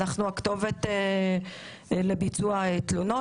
אנחנו הכתובת לביצוע תלונות.